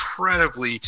Incredibly